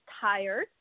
tired